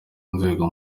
rwego